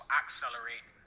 accelerate